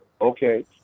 Okay